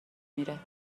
میره